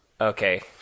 Okay